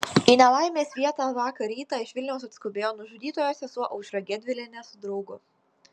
į nelaimės vietą vakar rytą iš vilniaus atskubėjo nužudytojo sesuo aušra gedvilienė su draugu